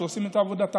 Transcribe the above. שעושה את עבודתה.